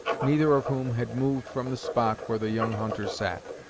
neither of whom had moved from the spot where the young hunter sat.